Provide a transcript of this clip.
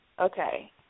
Okay